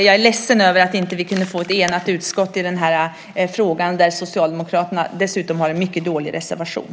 Jag är ledsen över att vi inte kunde få ett enigt utskott i denna fråga där Socialdemokraterna dessutom har en mycket dålig reservation.